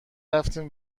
رفتیم